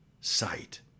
sight